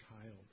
child